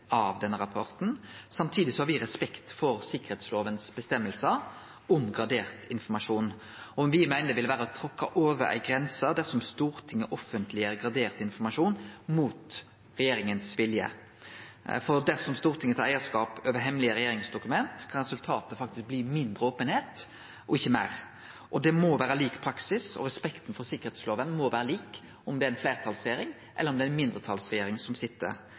av den rapporten. Samtidig har me respekt for føresegnene om gradert informasjon i sikkerheitslova, og me meiner det vil vere å trakke over ei grense dersom Stortinget offentleggjer gradert informasjon mot regjeringa si vilje. For dersom Stortinget tar eigarskap over hemmelege regjeringsdokument, kan resultatet faktisk bli mindre openheit og ikkje meir. Det må vere lik praksis, og respekten for sikkerheitslova må vere lik om det er ei fleirtalsregjering som sit, eller om det er ei mindretalsregjering.